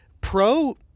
Pro